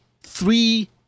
three